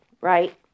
right